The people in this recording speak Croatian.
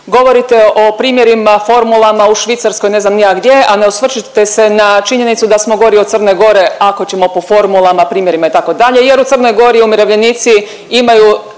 govorite o primjerima, formulama u Švicarskoj i ne znam ni ja gdje, a ne osvrćete se na činjenicu da smo gori od Crne Gore ako ćemo po formulama, primjerima itd. jer u Crnoj Gori umirovljenici imaju